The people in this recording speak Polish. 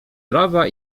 prawa